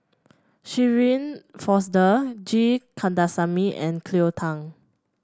Shirin Fozdar G Kandasamy and Cleo Thang